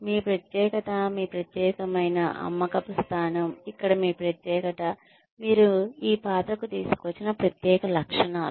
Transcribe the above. మీ ప్రత్యేకత మీ ప్రత్యేకమైన అమ్మకపు స్థానం ఇక్కడ మీ ప్రత్యేకత మీరు ఈ పాత్రకు తీసుకువచ్చిన ప్రత్యేక లక్షణాలు